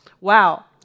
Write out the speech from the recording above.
Wow